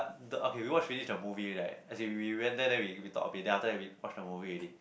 the okay we watch finish the movie right as in we went there then we we talk a bit then after that we watch the movie already